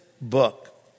book